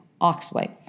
oxalate